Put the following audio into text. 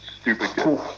stupid